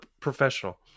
professional